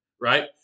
Right